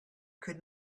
could